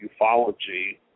ufology